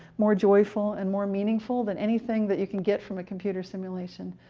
more joyful, and more meaningful than anything that you can get from a computer simulation.